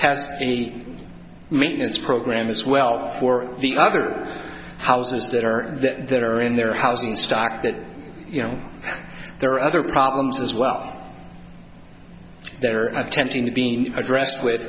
any maintenance program as well for the other houses that are that are in their housing stock that you know there are other problems as well that are attempting to being addressed with